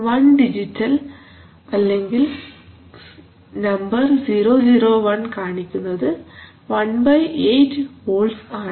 1 digital അല്ലെങ്കിൽ number 001 കാണിക്കുന്നത് 18 volts ആണ്